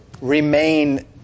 remain